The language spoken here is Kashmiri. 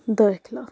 دٲخلہٕ